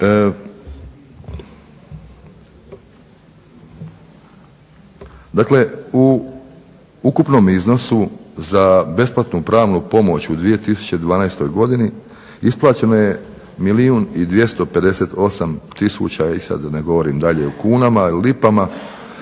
Dakle, u ukupnom iznosu za besplatnu pravnu pomoć u 2012. godini isplaćeno je milijun i 258 tisuća i sad da ne govorim dalje u kunama i lipama,